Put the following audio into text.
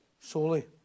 solely